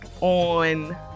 on